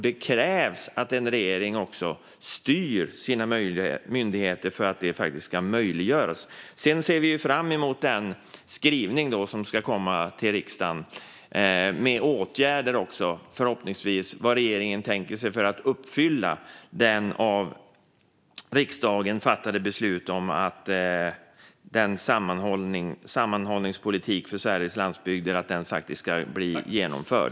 Det krävs att en regering styr sina myndigheter för att det ska möjliggöras. Sedan ser vi fram emot den skrivelse som ska komma till riksdagen med förslag på åtgärder och vad regeringen tänker sig att göra för att uppfylla det av riksdagen fattade beslutet om sammanhållningspolitiken för Sveriges landsbygd, så att den blir genomförd.